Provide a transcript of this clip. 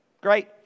great